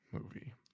movie